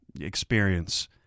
experience